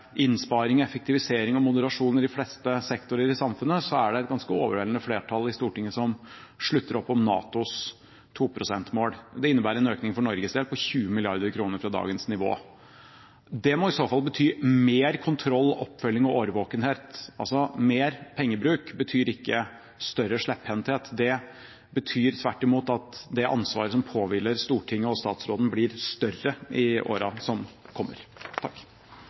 innsparing, effektivisering og moderasjon i de fleste sektorer i samfunnet, er det et ganske overveldende flertall i Stortinget som slutter opp om NATOs 2 pst.-mål. Det innebærer en økning for Norges del på 20 mrd. kr fra dagens nivå. Det må i så fall bety mer kontroll, oppfølging og årvåkenhet. Altså: Mer pengebruk betyr ikke større slepphendthet, det betyr tvert imot at det ansvaret som påhviler Stortinget og statsråden, blir større i årene som kommer.